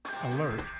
Alert